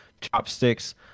Chopsticks